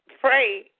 pray